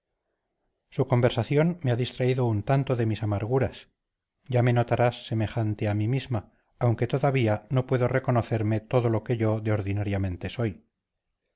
su conversación me ha distraído un tanto de mis amarguras ya me notarás semejante a mí misma aunque todavía no puedo reconocerme todo lo yo que ordinariamente soy